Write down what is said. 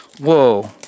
Whoa